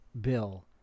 Bill